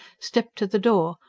stepped to the door,